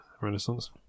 Renaissance